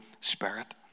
Spirit